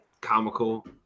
comical